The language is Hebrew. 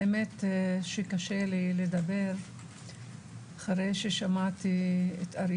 האמת שקשה לי לדבר אחרי ששמעתי את א',